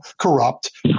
corrupt